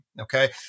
Okay